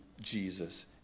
Jesus